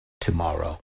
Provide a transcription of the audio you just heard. tomorrow